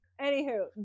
Anywho